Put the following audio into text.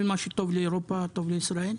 כל מה שטוב לאירופה טוב לישראל?